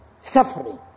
suffering